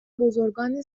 بزرگان